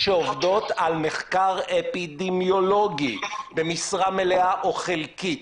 שעובדות על מחקר אפידמיולוגי במשרה מלאה או חלקית,